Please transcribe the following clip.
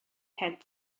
had